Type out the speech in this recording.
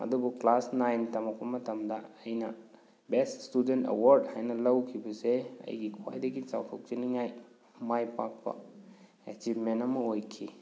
ꯑꯗꯨꯕꯨ class nine ꯇꯝꯃꯛꯄ ꯃꯇꯝꯗ ꯑꯩꯅ ꯕꯦꯁꯠ ꯏꯁꯇꯨꯗꯦꯟ ꯑꯦꯋꯥꯔꯗ ꯍꯥꯏꯅ ꯂꯧꯈꯤꯕꯁꯦ ꯑꯩꯒꯤ ꯈ꯭ꯋꯥꯏꯗꯒꯤ ꯆꯥꯎꯊꯣꯛꯆꯅꯤꯡꯉꯥꯏ ꯃꯥꯏ ꯄꯥꯛꯄ ꯑꯦꯆꯤꯞꯃꯦꯟ ꯑꯃ ꯑꯣꯏꯈꯤ